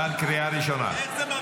אבל קריאה ראשונה.